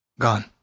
gone